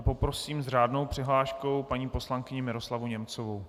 Poprosím s řádnou přihláškou paní poslankyni Miroslavu Němcovou.